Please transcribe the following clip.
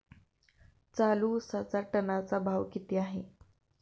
चालू उसाचा टनाचा भाव किती आहे?